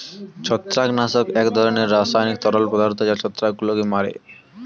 ছত্রাকনাশক এক ধরনের রাসায়নিক তরল পদার্থ যা ছত্রাকগুলোকে মারে